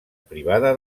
privada